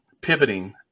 pivoting